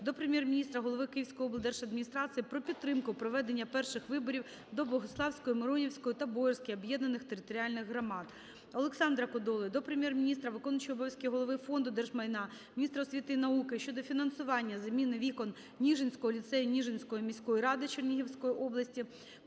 до Прем'єр-міністра, голови Київської облдержадміністрації про підтримку проведення перших виборів до Богуславської, Миронівської та Боярської об’єднаних територіальних громад. Олександра Кодоли до Прем'єр-міністра, виконуючого обов'язки голови Фонду держмайна, міністра освіти і науки щодо фінансування заміни вікон Ніжинського ліцею Ніжинської міської ради Чернігівської області